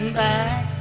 back